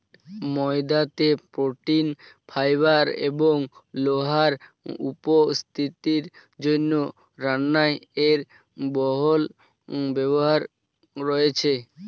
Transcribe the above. ময়দাতে protein, fibre এবং লোহার উপস্থিতির জন্য রান্নায় এর বহুল ব্যবহার রয়েছে